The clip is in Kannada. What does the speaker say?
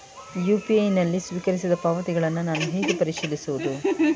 ಯು.ಪಿ.ಐ ನಲ್ಲಿ ಸ್ವೀಕರಿಸಿದ ಪಾವತಿಗಳನ್ನು ನಾನು ಹೇಗೆ ಪರಿಶೀಲಿಸುವುದು?